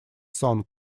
song